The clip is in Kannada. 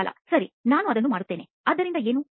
ಬಾಲಾಸರಿ ಅದು ಎರಡನೇ ಹಂತ ಆದ್ದರಿಂದ ಏನಾಯಿತು